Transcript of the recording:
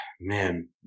man